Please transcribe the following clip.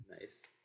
nice